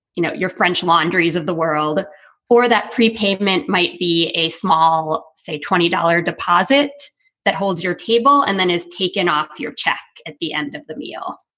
you know, your french laundries of the world or that pre-payment might be a small, say, twenty dollar deposit that holds your table and then is taken off your cheque at the end of the meal.